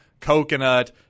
coconut